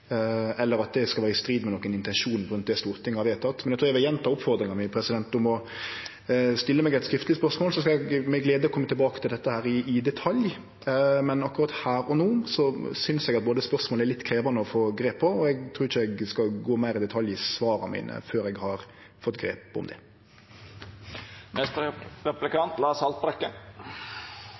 eller at det skal vere i strid med nokre intensjonar i det Stortinget har vedteke. Eg trur eg gjentek oppfordringa mi om å stille meg eit skriftleg spørsmål, og så skal eg med glede kome tilbake til dette i detalj. Akkurat her og no synest eg at spørsmålet er litt krevjande å få grep om, og eg trur ikkje at eg skal gå meir i detalj i svara mine før eg har fått grep om